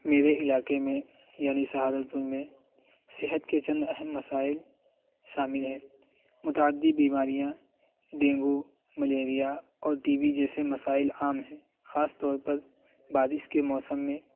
میرے علاقے میں یعنی سہارنپور میں صحت کے چند اہم مسائل شامل ہیں متعدی بیماریاں ڈینگو ملیریا اور ٹی وی جیسے مسائل عام ہیں خاص طور پر بارش کے موسم میں